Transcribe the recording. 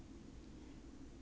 the side